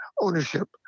ownership